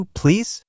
please